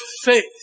faith